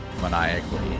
maniacally